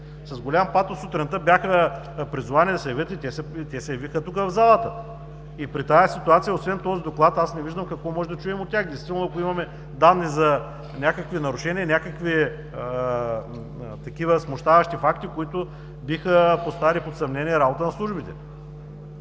С голям патос сутринта бяха призовани да се явят и те се явиха тук в залата. При тази ситуация освен този Доклад, аз не виждам какво може да чуем от тях – действително, ако имаме данни за някакви нарушения, някакви такива смущаващи факти, които биха поставили под съмнение работата на службите.